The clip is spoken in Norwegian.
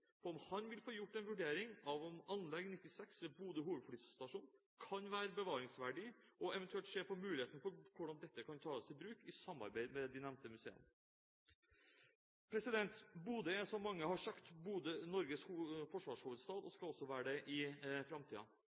på om han vil få gjort en vurdering av om Anlegg 96 ved Bodø hovedflystasjon kan være bevaringsverdig, og eventuelt se på muligheten for hvordan dette kan tas i bruk i samarbeid med de nevnte museene. Bodø er, som mange har sagt, Norges forsvarshovedstad og skal også være det i